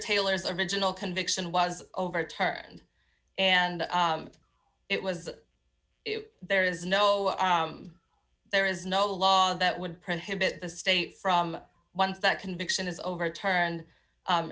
taylor's original conviction was overturned and it was there is no there is no law that would prohibit the state from once that conviction is overturned